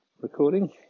recording